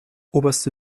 oberste